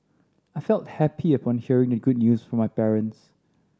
I felt happy upon hearing the good news from my parents